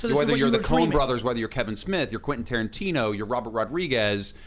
but whether you're the coen brothers, whether you're kevin smith, you're quentin tarantino, you're robert rodriguez,